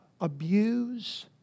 abuse